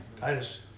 Titus